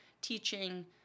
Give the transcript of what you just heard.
teaching